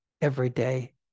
everyday